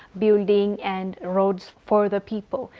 building and roads for the people?